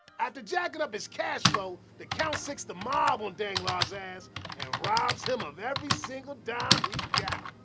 after jackin up his cashflow, the count sicks the mob on danglars's ass and robs him of every single dime he got.